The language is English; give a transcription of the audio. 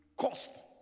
cost